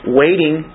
waiting